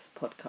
podcast